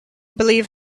believe